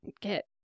get